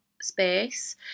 space